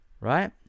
Right